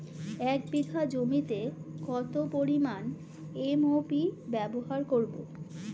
এক বিঘা জমিতে কত পরিমান এম.ও.পি ব্যবহার করব?